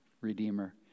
Redeemer